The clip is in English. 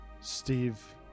Steve